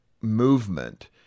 movement